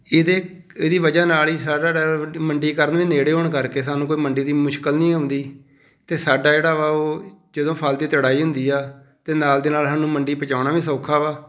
ਇਹਦੇ ਇਹਦੀ ਵਜ੍ਹਾ ਨਾਲ ਹੀ ਸਾਡਾ ਜਿਹੜਾ ਮੰਡੀਕਰਨ ਵੀ ਨੇੜੇ ਹੋਣ ਕਰਕੇ ਸਾਨੂੰ ਕੋਈ ਮੰਡੀ ਦੀ ਮੁਸ਼ਕਲ ਨਹੀਂ ਆਉਂਦੀ ਅਤੇ ਸਾਡਾ ਜਿਹੜਾ ਵਾ ਉਹ ਜਦੋਂ ਫਲ ਦੀ ਤੁੜਾਈ ਹੁੰਦੀ ਆ ਤਾਂ ਨਾਲ ਦੀ ਨਾਲ ਸਾਨੂੰ ਮੰਡੀ ਪਹੁੰਚਾਉਣਾ ਵੀ ਸੌਖਾ ਵਾ